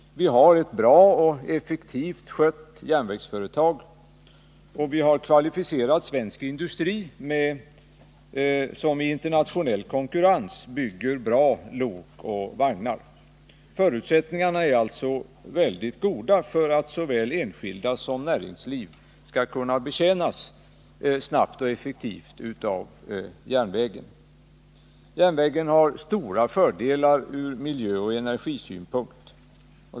Vi har ett bra och effektivt skött järnvägsföretag. Och vi har kvalificerad svensk industri som i internationell konkurrens bygger bra lok och vagnar. Förutsättningarna är alltså mycket goda för att såväl enskilda som näringsliv skall kunna betjänas snabbt och effektivt av järnvägen. Järnvägen har stora fördelar ur miljöoch energisynpunkt.